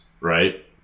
right